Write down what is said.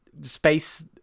space